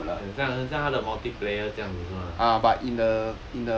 oh new mode ah 很像很像他的 multiplayer 这样子是吗